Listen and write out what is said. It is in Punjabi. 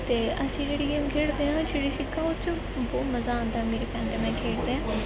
ਅਤੇ ਅਸੀਂ ਜਿਹੜੀ ਗੇਮ ਖੇਡਦੇ ਹਾਂ ਚਿੜੀ ਛਿੱਕਾ ਉਹ 'ਚ ਬਹੁਤ ਮਜ਼ਾ ਆਉਂਦਾ ਮੇਰੀ ਭੈਣ ਅਤੇ ਮੈਂ ਖੇਡਦੇ ਹਾਂ